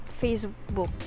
Facebook